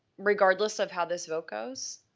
regardless of how this vote goes,